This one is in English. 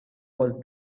was